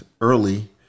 early